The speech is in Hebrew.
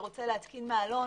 ורוצה להתקין מעלון,